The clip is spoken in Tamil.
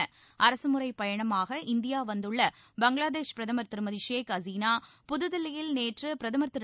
அரகமுறைப் பயணமாக இந்தியா வந்தள்ள பங்களாதேஷ் பிரதமர் திருமதி ஷேக் ஹசீனா புதுதில்லியில் நேற்று பிரதமர் திரு